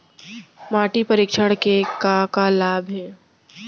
माटी परीक्षण के का का लाभ हे?